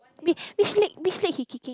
wait which leg which leg he kicking